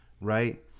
right